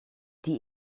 die